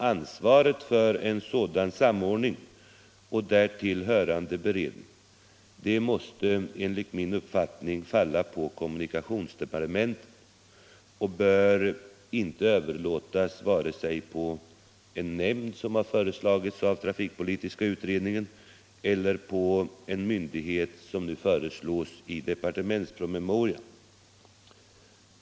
Ansvaret för en sådan samordning och därtill hörande beredning måste enligt min uppfattning falla på kommunikationsdepartementet och bör således ej överlåtas på vare sig en nämnd — som har föreslagits av trafikpolitiska utredningen -— eller på en myndighet som nu föreslås i departementspromemorian.